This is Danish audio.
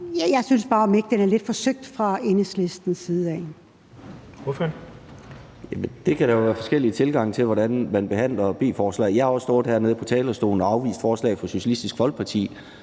Thulesen Dahl): Ordføreren. Kl. 12:30 Peder Hvelplund (EL): Der kan jo være forskellige tilgange til, hvordan man behandler B-forslag. Jeg har også stået heroppe fra talerstolen og afvist forslag fra Socialistisk Folkeparti,